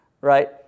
right